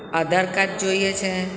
આધાર card જોઈએ છે